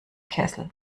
kessel